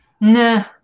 Nah